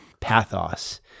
pathos